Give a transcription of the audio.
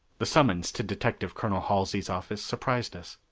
the summons to detective-colonel halsey's office surprised us.